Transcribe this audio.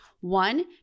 one